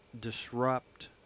disrupt